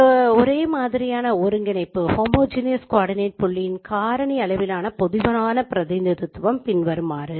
இந்த ஒரே மாதிரியான ஒருங்கிணைப்பு புள்ளியின் காரணி அளவிலான பொதுவான பிரதிநிதித்துவம் பின்வருமாறு